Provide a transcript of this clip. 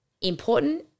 important